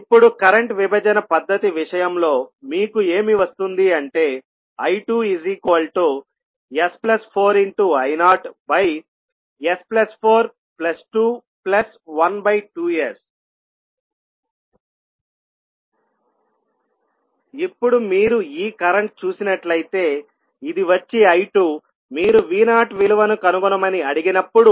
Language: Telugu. ఇప్పుడు కరెంట్ విభజన పద్ధతి విషయంలో మీకు ఏమి వస్తుంది అంటే I2s4I0s4212s ఇప్పుడు మీరు ఈ కరెంటు చూసినట్లయితే ఇది వచ్చి I2మీరు V0 విలువను కనుగొనమని అడిగినప్పుడు